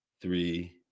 three